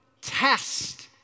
test